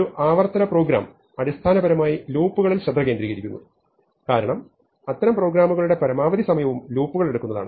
ഒരു ആവർത്തന പ്രോഗ്രാം അടിസ്ഥാനപരമായി ലൂപുകളിൽ ശ്രദ്ധ കേന്ദ്രീകരിക്കുന്നു കാരണം അത്തരം പ്രോഗ്രാമുകളുടെ പരമാവധി സമയവും ലൂപ്പുകൾ എടുക്കുന്നതാണ്